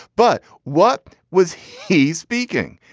but what was he speaking?